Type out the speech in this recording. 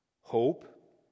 hope